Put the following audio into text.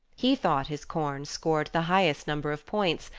he thought his corn scored the highest number of points,